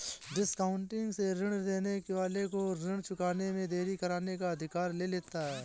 discounting से ऋणी ऋण देने वाले को ऋण चुकाने में देरी करने का अधिकार ले लेता है